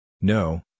No